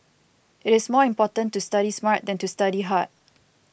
it is more important to study smart than to study hard